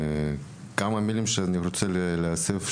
יש כמה מילים שאני רוצה להוסיף.